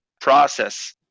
process